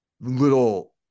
little